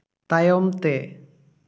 ᱛᱟᱭᱚᱢ ᱛᱮ